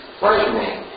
frightening